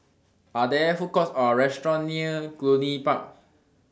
Are There Food Courts Or restaurants near Cluny Park